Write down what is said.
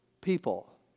people